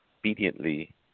obediently